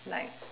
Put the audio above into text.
like